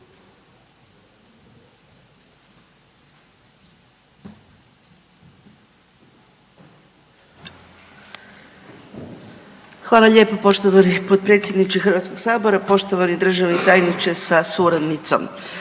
Hvala lijepa poštovani predsjedniče Hrvatskog sabora, poštovane zastupnice i zastupnici.